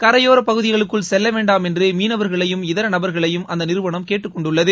கரையோர பகுதிகளுக்குள் செல்ல வேண்டாம் என்று மீனவர்களையும் இதர நபர்களையும் அந்த நிறுவனம் கேட்டுக்கொண்டுள்ளது